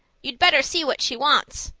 you'd better see what she wants.